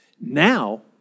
Now